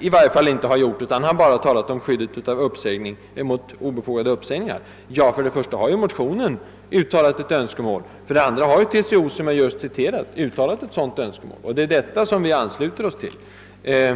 i varje fall inte hade gjort det, utan ait han bara hade talat om skydd mot obefogade uppsägningar. För det första har ett sådant önskemål uttalats i motionen. För det andra har TCO, såsom jag just citerat, gjort det, och det är till dessa önskemål vi har anslutit oss.